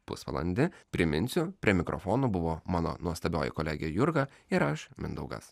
pusvalandį priminsiu prie mikrofono buvo mano nuostabioji kolegė jurga ir aš mindaugas